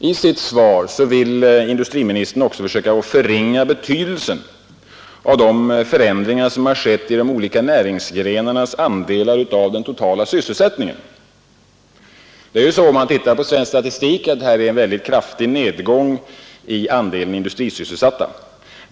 I sitt svar vill industriministern också försöka förringa betydelsen av de förändringar som skett i de olika näringsgrenarnas andel av den totala sysselsättningen. Om man tittar på svensk statistik finner man en kraftig nedgång i andelen industrisysselsatta.